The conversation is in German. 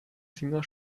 finger